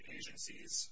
agencies